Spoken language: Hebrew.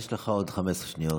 יש לך עוד 15 שניות.